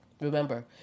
Remember